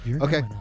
okay